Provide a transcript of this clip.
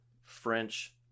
French